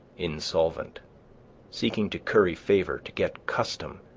insolvent seeking to curry favor, to get custom,